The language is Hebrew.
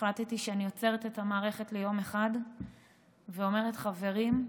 החלטתי שאני עוצרת את המערכת ליום אחד ואומרת: חברים,